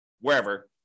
wherever